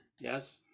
yes